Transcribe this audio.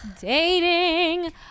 dating